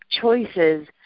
choices